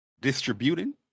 distributing